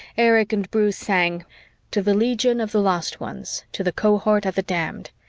erich and bruce sang to the legion of the lost ones, to the cohort of the damned,